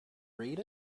read